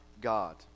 God